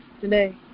today